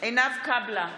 עינב קאבלה,